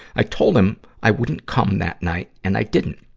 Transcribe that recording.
i told him i wouldn't cum that night, and i didn't.